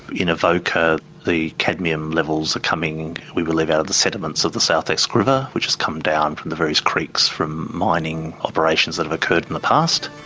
in avoca the cadmium levels are coming we believe out of the sediments of the south esk river which has come down from the various creeks from mining operations that have occurred in the past.